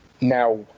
Now